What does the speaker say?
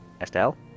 Estelle